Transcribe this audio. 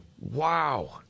Wow